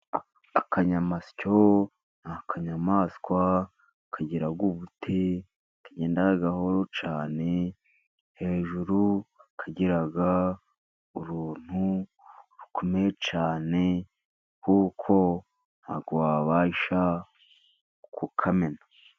Akanyamasyo ni akanyamaswa kagira ubute kagenda gahoro cyane, hejuru kagira uruntu rukomeye cyane kuko ntiwabasha kukamena.